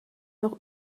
noch